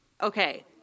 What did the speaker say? okay